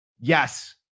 yes